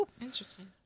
Interesting